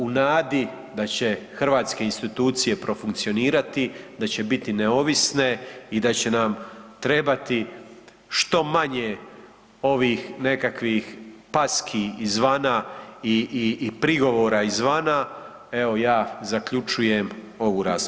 U nadi da će hrvatske institucije profunkcionirati, da će biti neovisne i da će nam trebati što manje ovih nekakvih packi izvana i prigovora izvana evo ja zaključujem ovu raspravu.